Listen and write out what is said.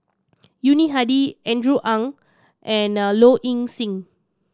Yuni Hadi Andrew Ang and Low Ing Sing